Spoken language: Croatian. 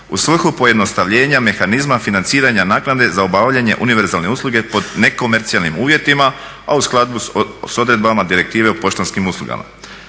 u svrhu pojednostavljenja mehanizma financiranje naknade za obavljanje univerzalne usluge pod nekomercijalnim uvjetima, a u skladu s odredbama Direktive s poštanskim uslugama.